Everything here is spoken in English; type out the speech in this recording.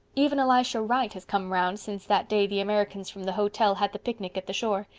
even elisha wright has come around since that day the americans from the hotel had the picnic at the shore.